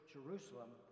Jerusalem